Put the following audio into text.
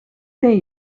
they